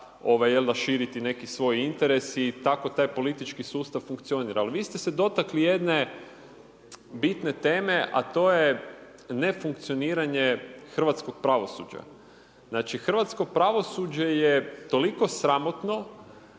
širiti neki svoj interes i tako taj politički sustav funkcionira. Ali vi ste se dotakli jedne bitne teme a to je nefunkcioniranje hrvatskog pravosuđa. Znači hrvatsko pravosuđe je toliko sramotno